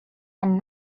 and